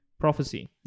Prophecy